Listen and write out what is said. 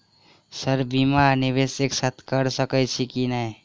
Sir बीमा आ निवेश एक साथ करऽ सकै छी की न ई?